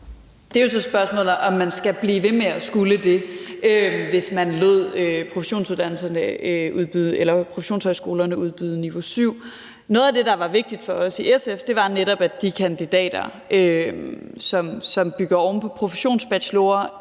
Det er jo så spørgsmålet, om man skal blive ved med at skulle det, hvis man lod professionshøjskolerne udbyde niveau 7. Noget af det, der var vigtigt for os i SF, var netop, at de kandidater, som bygger oven på professionsbachelorer,